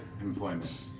employment